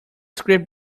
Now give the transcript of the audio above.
script